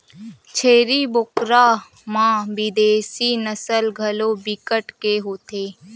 छेरी बोकरा म बिदेसी नसल घलो बिकट के होथे